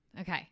Okay